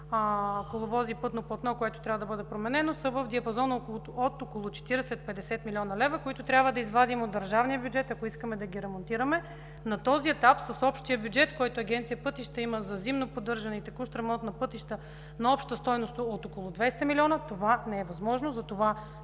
коловози и пътно платно, което трябва да бъде променено – са в диапазон от около 40 – 50 млн. лв., които трябва да извадим от държавния бюджет, ако искаме да ги ремонтираме. На този етап с общия бюджет, който Агенция „Пътища” има за зимно поддържане и текущ ремонт на пътища на обща стойност от около 200 милиона, това не е възможно. Знаем,